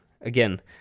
again